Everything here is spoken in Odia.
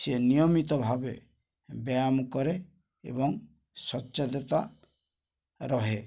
ସିଏ ନିୟମିତ ଭାବେ ବ୍ୟାୟାମ କରେ ଏବଂ ସଚେତନତା ରହେ